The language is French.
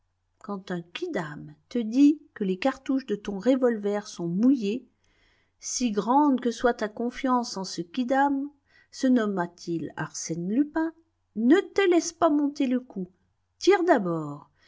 quand un quidam te dit que les cartouches de ton revolver sont mouillées si grande que soit ta confiance en ce quidam se nommât il arsène lupin ne te laisse pas monter le coup tire d'abord